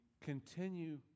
Continue